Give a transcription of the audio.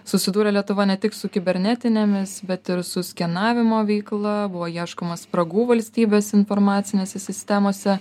susidūrė lietuva ne tik su kibernetinėmis bet ir su skenavimo veikla buvo ieškoma spragų valstybės informacinėse sistemose